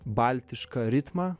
baltišką ritmą